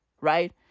right